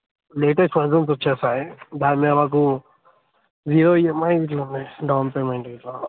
latest versions వస్తాయి దానిమీద మాకు zero EMI including down payment గిట్ల